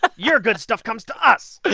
your good stuff comes to us